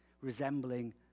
resembling